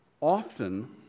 often